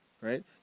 Right